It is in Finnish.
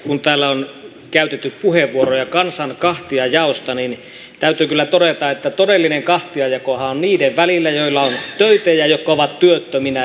kun täällä on käytetty puheenvuoroja kansan kahtiajaosta niin täytyy kyllä todeta että todellinen kahtiajakohan on niiden välillä joilla on töitä ja jotka ovat työttöminä